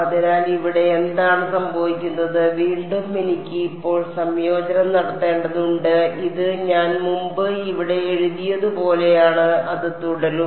അതിനാൽ ഇവിടെ എന്താണ് സംഭവിക്കുന്നത് വീണ്ടും എനിക്ക് ഇപ്പോൾ സംയോജനം നടത്തേണ്ടതുണ്ട് ഇത് ഞാൻ മുമ്പ് ഇവിടെ എഴുതിയതുപോലെയാണ് അത് തുടരും